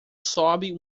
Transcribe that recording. sobe